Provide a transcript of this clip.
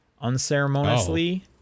unceremoniously